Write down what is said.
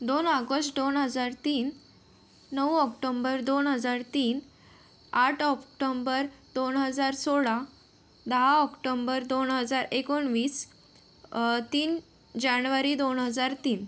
दोन ऑगस्ट दोन हजार तीन नऊ ऑक्टोंबर दोन हजार तीन आठ ऑक्टोंबर दोन हजार सोळा दहा ऑक्टोंबर दोन हजार एकोणवीस तीन जाणवारी दोन हजार तीन